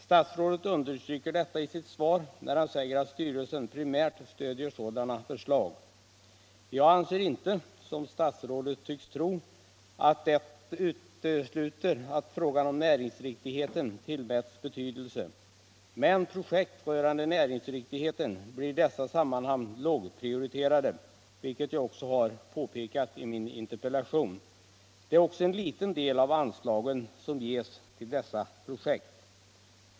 Statsrådet understryker detta i sitt svar när han säger att styrelsen primärt stödjer sådana förslag. Jag anser inte, som statsrådet tycks tro, att det utesluter att frågan om näringsriktigheten tillmäts betydelse. Men projekt rörande näringsriktighet blir i dessa sammanhang lågprioriterade, vilket jag har påpekat i min interpellation. Det är också en liten del av anslagen som ges till dessa projekt.